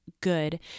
good